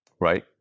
right